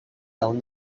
down